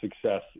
success